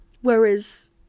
whereas